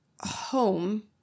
home